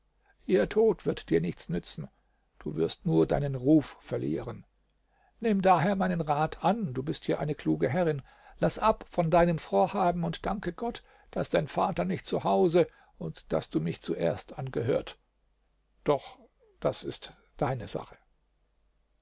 ihr tod wird dir nichts nützen du wirst nur deinen ruf verlieren nimm daher meinen rat an du bist ja eine kluge herrin laß ab von deinem vorhaben und danke gott daß dein vater nicht zu hause und daß du mich zuerst angehört doch das ist deine sache